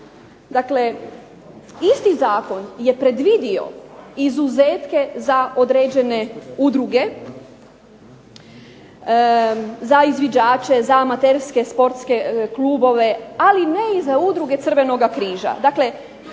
Dakle, isti zakon je predvidio izuzetke za određene udruge, za izviđače, za amaterske sportske klubove, ali ne i za udruge Crvenog križa.